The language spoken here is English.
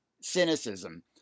cynicism